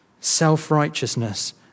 self-righteousness